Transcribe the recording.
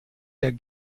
der